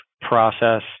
process